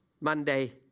Monday